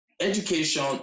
Education